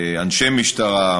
אנשי משטרה,